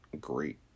great